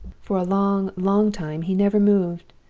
for a long, long time he never moved.